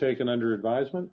taken under advisement